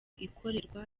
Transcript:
ikorerwa